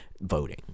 voting